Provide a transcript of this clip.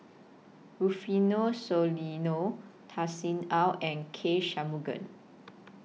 Rufino Soliano Tan Sin Aun and K Shanmugam